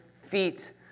Feet